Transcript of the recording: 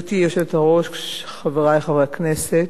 גברתי היושבת-ראש, חברי חברי הכנסת,